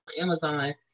Amazon